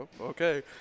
okay